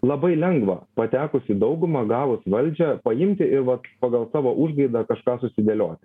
labai lengva patekus į daugumą gavus valdžią paimti ir vat pagal savo užgaidą kažką susidėlioti